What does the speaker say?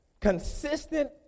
consistent